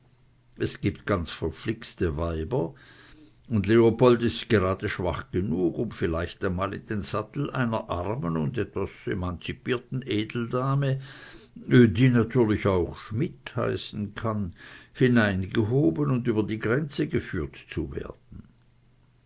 es gibt ganz verflixte weiber und leopold ist gerade schwach genug um vielleicht einmal in den sattel einer armen und etwas emanzipierten edeldame die natürlich auch schmidt heißen kann hineingehoben und über die grenze geführt zu werden